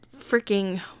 freaking